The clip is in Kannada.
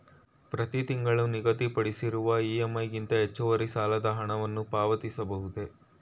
ಪ್ರತಿ ತಿಂಗಳು ನಿಗದಿಪಡಿಸಿರುವ ಇ.ಎಂ.ಐ ಗಿಂತ ಹೆಚ್ಚುವರಿ ಸಾಲದ ಹಣವನ್ನು ಪಾವತಿಸಬಹುದೇ?